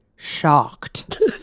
shocked